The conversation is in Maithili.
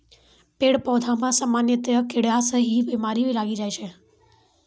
पेड़ पौधा मॅ सामान्यतया कीड़ा स ही बीमारी लागी जाय छै